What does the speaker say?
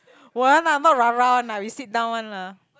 won't lah not rah-rah one lah you sit down one lah